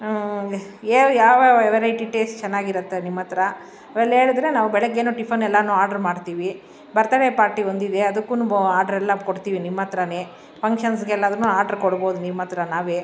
ಹೇಳಿ ಯಾವಯಾವ variety taste ಚೆನ್ನಾಗಿರತ್ತೆ ನಿಮ್ಮ ಹತ್ರ ಅವೆಲ್ಲ ಹೇಳಿದ್ರೆ ನಾವು ಬೆಳಗ್ಗೆ ಟಿಫನ್ ಎಲ್ಲ ಆರ್ಡ್ರ್ ಮಾಡ್ತೀವಿ ಬರ್ತಡೇ ಪಾರ್ಟಿ ಒಂದಿದೆ ಅದಕ್ಕು ಬ್ ಆರ್ಡ್ರೆಲ್ಲ ಕೊಡ್ತೀವಿ ನಿಮ್ಮ ಹತ್ರ ಫಂಕ್ಷನ್ಸ್ಗೆಲ್ಲಾದುನ್ನು ಆರ್ಡ್ರ್ ಕೊಡ್ಬೋದು ನಿಮ್ಮ ಹತ್ರ ನಾವೇ